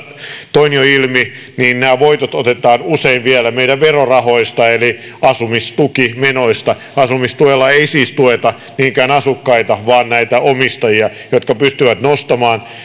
toin jo ilmi nämä voitot otetaan usein vielä meidän verorahoista eli asumistukimenoista asumistuella ei siis tueta niinkään asukkaita vaan näitä omistajia jotka pystyvät nostamaan